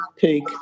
take